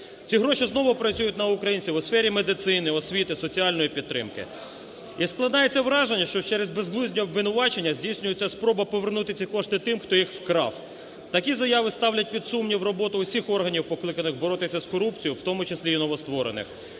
Ці гроші знову працюють на українців у сфері медицини, освіти, соціальної підтримки. І складається враження, що через безглуздя обвинувачення здійснюється спроба повернути ці кошти тим, хто їх вкрав. Такі заяви ставлять під сумнів роботу всіх органів, покликаних боротися з корупцією, в тому числі і новостворених.